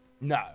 No